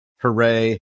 Hooray